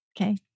okay